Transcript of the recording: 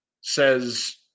says